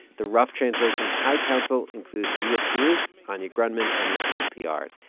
the rough translation high council includes neal carruth anya grundmann and mathilde piard.